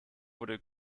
wurde